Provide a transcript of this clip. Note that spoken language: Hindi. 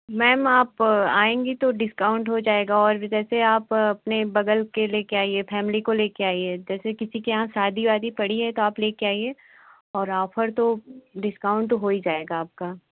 मैम आप आएँगी तो डिस्काउन्ट हो जाएगा और भी जैसे आप अपने बगल को लेकर आइए फ़ैमिली को लेकर आइए जैसे किसी के यहाँ शादी वादी पड़ी है तो आप लेकर आइए और ऑफ़र तो डिस्काउन्ट तो हो ही जाएगा आपका